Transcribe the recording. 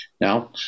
Now